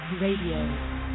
Radio